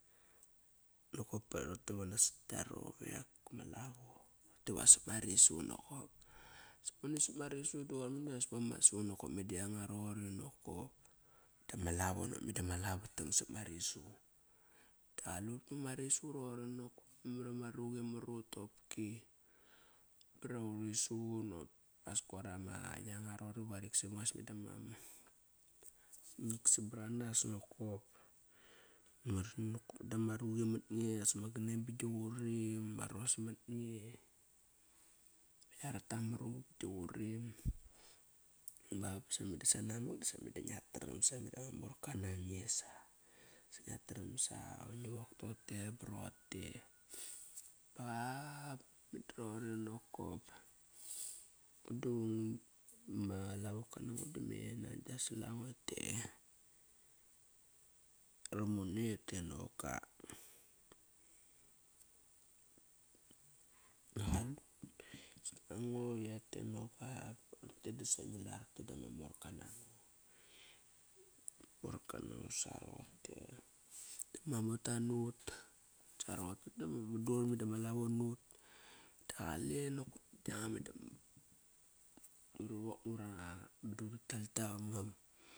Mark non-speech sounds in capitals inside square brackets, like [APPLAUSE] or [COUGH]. Nokop pa rote va nasat gia rovek ma iavo diva ma risu nakop. Mono sap ma risu dias koir memar aspama su nokop meda yanga roqori nokop. Dama lavo nop meda lavatam sap ma risu. Da qalut pama risu roqori nokop memar iama niqi ma niqi dopkias koir ama yanga roqori va riksam as meda ma riksam baranas nokop. [UNINTELLIGIBLE] Dama ruqi mat nge as ama ganen ba gi qurim ma ros mat nge. Yaretamar vat gi qurim bap basa meda sanamak disa meda ngia tram sa meda ma morka nange sa. Sa ngia tram sa ngi wok tote ba rote ba ba meda roqori nokop. Mudu ama lavoka nango da me nan gia sal ango et e romone ete noga. Ba qaliut et e noga ba rote dasa ngi la rote dama morka morka nango. Morka nango sa roqote. Ma mota nut sa rote, mudu roqori meda ma lavo nut da qale nokop ngada yanga meda uri wok nura nga, meda uri tal ta mevangam.